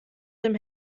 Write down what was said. dem